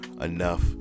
enough